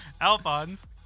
Alphonse